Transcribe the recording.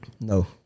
No